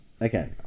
Okay